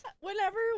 Whenever